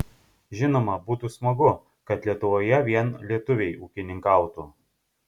žinoma būtų smagu kad lietuvoje vien lietuviai ūkininkautų